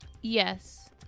Yes